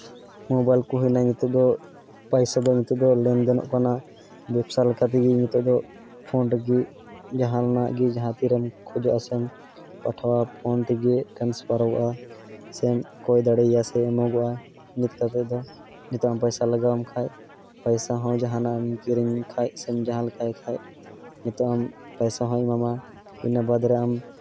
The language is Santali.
ᱢᱳᱵᱟᱭᱤᱞ ᱠᱚ ᱦᱩᱭᱱᱟ ᱱᱤᱛᱚᱜ ᱫᱚ ᱯᱟᱭᱥᱟ ᱫᱚ ᱱᱤᱛᱚᱜ ᱫᱚ ᱞᱮᱱᱫᱮᱚᱱᱜ ᱠᱟᱱᱟ ᱵᱮᱵᱽᱥᱟ ᱞᱮᱠᱟ ᱛᱮᱜᱮ ᱱᱤᱛᱚᱜ ᱫᱚ ᱯᱷᱳᱱ ᱨᱮᱜᱮ ᱡᱟᱦᱟᱱᱟᱜ ᱜᱮ ᱡᱟᱦᱟᱸ ᱛᱤᱨᱮᱢ ᱠᱷᱚᱡᱚᱜ ᱟᱥᱮᱢ ᱯᱟᱴᱷᱟᱣᱟ ᱯᱷᱳᱱ ᱛᱮᱜᱮ ᱴᱨᱟᱥᱯᱟᱨᱚᱜᱼᱟ ᱥᱮᱢ ᱠᱚᱭ ᱫᱟᱲᱮᱭᱭᱟ ᱥᱮ ᱮᱢᱚᱜᱚᱜᱼᱟ ᱤᱱᱟᱹ ᱠᱟᱛᱮᱫ ᱫᱚ ᱱᱤᱛᱚᱜ ᱦᱚᱸ ᱯᱚᱭᱥᱟ ᱞᱟᱜᱟᱣ ᱟᱢ ᱠᱷᱟᱡ ᱯᱚᱭᱥᱟ ᱦᱚᱸ ᱡᱟᱦᱟᱱᱟᱢ ᱠᱤᱨᱤᱧ ᱠᱷᱟᱡ ᱥᱮᱢ ᱡᱟᱦᱟᱸ ᱞᱮᱠᱟᱭ ᱠᱷᱟᱡ ᱱᱤᱛᱚᱝ ᱯᱚᱭᱥᱟ ᱦᱚᱭ ᱮᱢᱟᱢᱟ ᱤᱱᱟᱹ ᱵᱟᱫᱽ ᱨᱮ ᱟᱢ